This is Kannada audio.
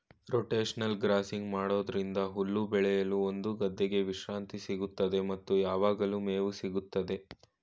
ರೋಟೇಷನಲ್ ಗ್ರಾಸಿಂಗ್ ಮಾಡೋದ್ರಿಂದ ಹುಲ್ಲು ಬೆಳೆಯಲು ಒಂದು ಗದ್ದೆಗೆ ವಿಶ್ರಾಂತಿ ಸಿಗುತ್ತದೆ ಮತ್ತು ಯಾವಗ್ಲು ಮೇವು ಸಿಗುತ್ತದೆ